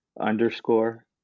underscore